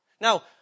Now